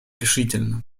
решительно